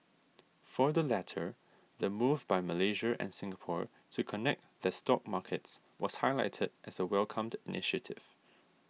for the latter the move by Malaysia and Singapore to connect their stock markets was highlighted as a welcomed initiative